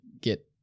get